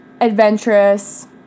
adventurous